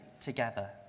together